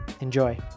Enjoy